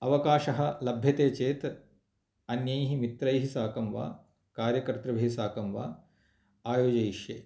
अवकाशः लभ्यते चेत् अन्यैः मित्रैः साकं वा कार्यकतृभिः साकं वा आयोजयिष्ये